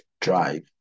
drive